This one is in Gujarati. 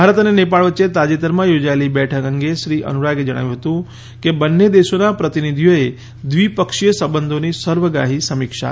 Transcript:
ભારત અને નેપાળ વચ્ચે તાજેતરમાં યોજાયેલી બેઠક અંગે શ્રી અનુરાગે જણાવ્યું હતું કે બંને દેશોના પ્રતિનિધિઓએ દ્વિપક્ષીય સંબંધોની સર્વગ્રાહી સમીક્ષા કરી છે